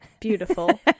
beautiful